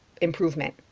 improvement